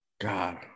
God